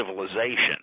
civilization